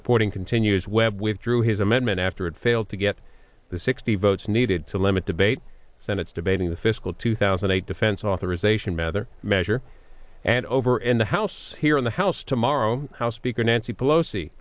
reporting continues webb withdrew his amendment after it failed to get the sixty votes needed to limit debate senate's debating the fiscal two thousand and eight defense authorization mather measure and over in the house here in the house tomorrow house speaker nancy pelosi